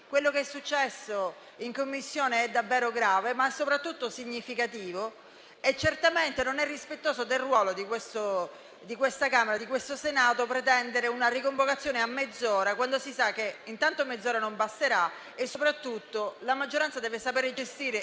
Quello che è successo in Commissione è davvero grave, ma soprattutto significativo, e certamente non è rispettoso del ruolo di questo Senato pretendere una riconvocazione a mezz'ora, quando si sa che mezz'ora non basterà. La maggioranza deve saper gestire